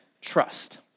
trust